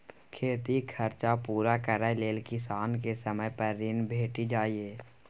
खेतीक खरचा पुरा करय लेल किसान केँ समय पर ऋण भेटि जाइए